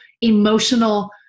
emotional